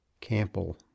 Campbell